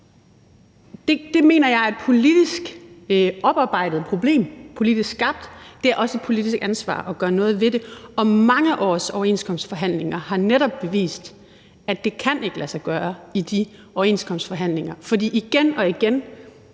Det mener jeg er et politisk oparbejdet problem, politisk skabt, og det er også et politisk ansvar at gøre noget ved det, og mange års overenskomstforhandlinger har netop bevist, at det ikke kan lade sig gøre i de overenskomstforhandlinger. For igen og igen